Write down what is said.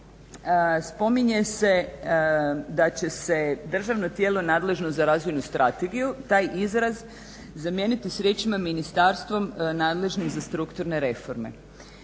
spominje se da će se državno tijelo nadležno za razvojnu strategiju taj izraz zamijeniti sa riječima ministarstvom nadležnim za strukturne reforme.